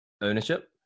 ownership